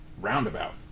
Roundabout